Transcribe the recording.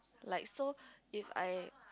like so if I